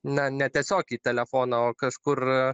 na ne tiesiog į telefoną o kažkur